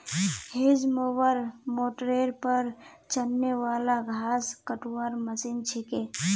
hedge mower मोटरेर पर चलने वाला घास कतवार मशीन छिके